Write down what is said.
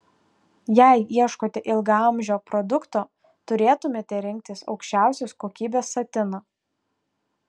jei ieškote ilgaamžio produkto turėtumėte rinktis aukščiausios kokybės satiną